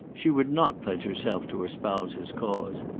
she would not pledge herself to espouse his cause.